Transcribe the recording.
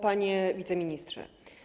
Panie Wiceministrze!